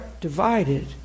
divided